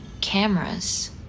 cameras